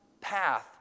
path